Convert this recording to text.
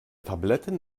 tabletten